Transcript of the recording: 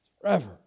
forever